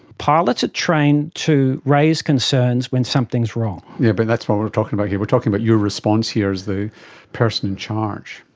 pilots are trained to raise concerns when something is wrong. yes yeah but that's what we are talking about here, we are talking about your response here as the person in charge.